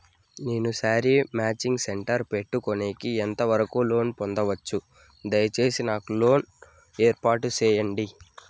నేను sari matching centre పెట్టుకునేకి ఎంత వరకు లోను పొందొచ్చు? దయసేసి నాకు లోను ఏర్పాటు సేయండి?